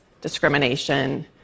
discrimination